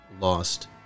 lost